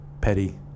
petty